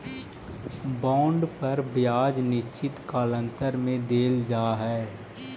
bond पर ब्याज निश्चित कालांतर में देल जा हई